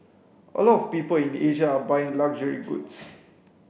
a lot of people in Asia are buying luxury goods